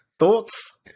thoughts